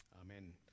amen